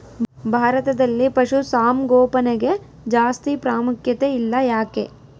ಭಾರತದಲ್ಲಿ ಪಶುಸಾಂಗೋಪನೆಗೆ ಜಾಸ್ತಿ ಪ್ರಾಮುಖ್ಯತೆ ಇಲ್ಲ ಯಾಕೆ?